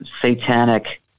satanic